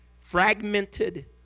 fragmented